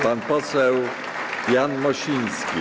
Pan poseł Jan Mosiński.